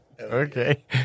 Okay